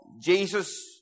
Jesus